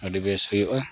ᱟᱹᱰᱤ ᱵᱮᱥ ᱦᱩᱭᱩᱜᱼᱟ